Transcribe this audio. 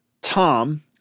Tom